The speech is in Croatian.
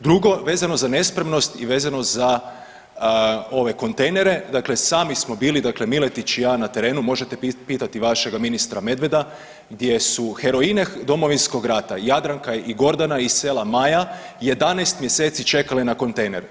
Drugo, vezano za nespremnost i vezano za ove kontejnere, dakle sami smo bili, dakle Miletić i ja na terenu, možete pitati vašega ministra Medveda, gdje su heroine Domovinskog rata, Jadranka i Gordana iz sela Maja, 11 mjeseci čekale na kontejner.